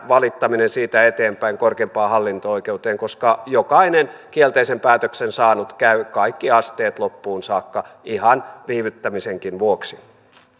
valittaminen siitä eteenpäin korkeimpaan hallinto oikeuteen koska jokainen kielteisen päätöksen saanut käy kaikki asteet loppuun saakka ihan viivyttämisenkin vuoksi